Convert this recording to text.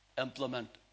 implement